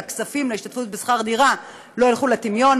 שהכספים בהשתתפות לשכר דירה לא ירדו לטמיון,